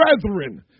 brethren